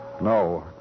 No